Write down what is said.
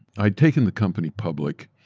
i'd taken the company public.